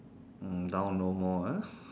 now no more ah